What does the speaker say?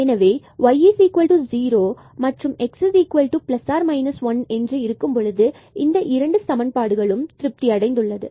எனவே y0 and x 1 என்று இருக்கும் பொழுது இந்த இரண்டு சமன்பாடுகளும் திருப்தி அடைந்துள்ளது